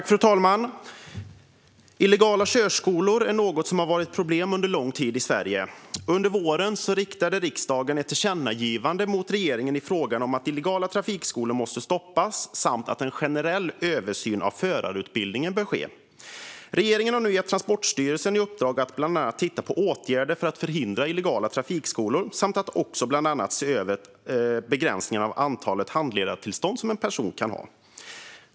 Fru talman! Illegala körskolor har varit ett problem i Sverige under lång tid. Under våren riktade riksdagen ett tillkännagivande till regeringen om att illegala trafikskolor måste stoppas och att en generell översyn av förarutbildningen bör ske. Regeringen har nu gett Transportstyrelsen i uppdrag att bland annat titta på åtgärder för att förhindra illegala trafikskolor och att se över begränsningen av antalet handledartillstånd en person kan ha.